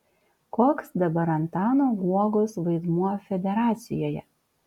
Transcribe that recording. koks dabar antano guogos vaidmuo federacijoje